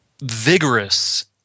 vigorous